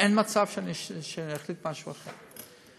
אין מצב שאני אחליט משהו אחר.